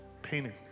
painting